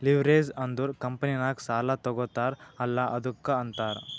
leverage ಅಂದುರ್ ಕಂಪನಿನಾಗ್ ಸಾಲಾ ತಗೋತಾರ್ ಅಲ್ಲಾ ಅದ್ದುಕ ಅಂತಾರ್